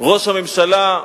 ראש הממשלה,